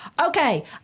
Okay